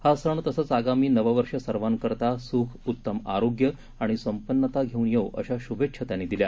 हा सण तसंच आगामी नववर्ष सर्वांकरता सुख उत्तम आरोग्य आणि संपन्नता घेऊन येवो अशा शुभेच्छा त्यांनी दिल्या